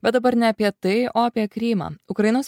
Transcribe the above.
bet dabar ne apie tai o apie krymą ukrainos